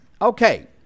Okay